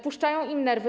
Puszczają im nerwy.